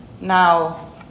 now